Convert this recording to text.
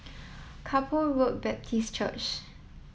Kay Poh Road Baptist Church